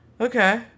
Okay